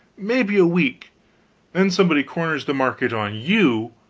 maybe a week then somebody corners the market on you,